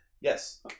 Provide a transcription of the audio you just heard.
yes